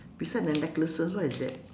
beside the necklaces what is that